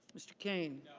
mr. kane.